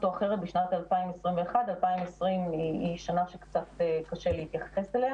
או אחרת בשנת 2021. 2020 היא שנה שקצת קשה להתייחס אליה.